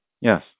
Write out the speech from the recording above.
Yes